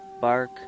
bark